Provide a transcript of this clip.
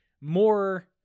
more